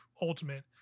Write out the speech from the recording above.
Ultimate